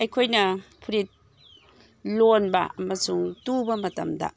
ꯑꯩꯈꯣꯏꯅ ꯐꯨꯔꯤꯠ ꯂꯣꯟꯕ ꯑꯃꯁꯨꯡ ꯇꯨꯕ ꯃꯇꯝꯗ